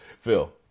Phil